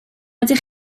ydych